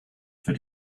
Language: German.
für